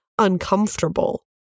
uncomfortable